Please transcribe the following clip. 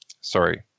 Sorry